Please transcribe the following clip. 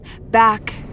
back